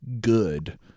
good